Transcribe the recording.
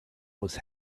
was